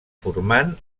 formant